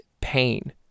pain